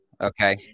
Okay